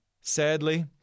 Sadly